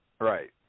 Right